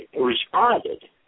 responded